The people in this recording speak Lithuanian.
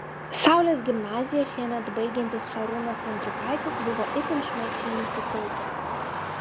saulės gimnaziją šiemet baigsiantis šarūnas andriukaitis buvo itin šmaikščiai nusiteikęs